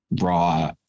raw